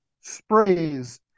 sprays